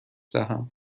دهم